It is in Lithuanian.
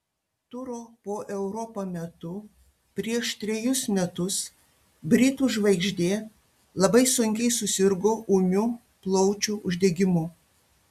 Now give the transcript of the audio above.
turo po europą metu prieš trejus metus britų žvaigždė labai sunkiai susirgo ūmiu plaučių uždegimu